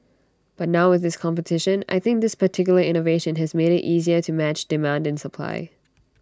but now with this competition I think this particular innovation has made IT easier to match demand and supply